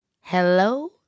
Hello